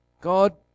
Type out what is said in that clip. God